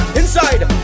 inside